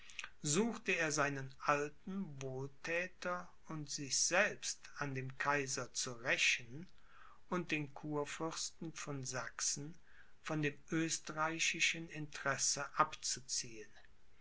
suchte er seinen alten wohlthäter und sich selbst an dem kaiser zu rächen und den kurfürsten von sachsen von dem österreichischen interesse abzuziehen